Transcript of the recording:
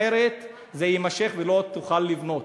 אחרת זה יימשך ולא תוכל לבנות,